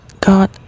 God